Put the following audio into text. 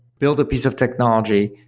built a piece of technology,